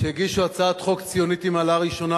שהגישו הצעת חוק ציונית ממעלה ראשונה,